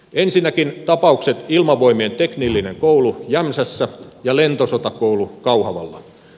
ensinnäkin tapaukset ilmavoimien teknillinen koulu jämsässä ja lentosotakoulu kauhavalla